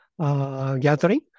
Gathering